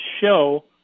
show